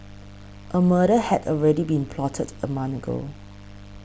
a murder had already been plotted a month ago